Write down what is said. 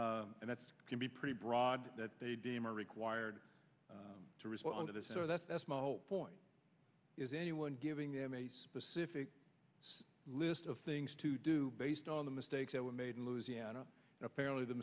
and that's can be pretty broad that they deem are required to respond to this so that's that's my whole point is anyone giving them a specific list of things to do based on the mistakes that were made in louisiana apparently the